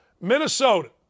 Minnesota